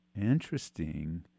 Interesting